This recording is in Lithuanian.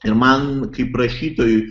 ir man kaip rašytojui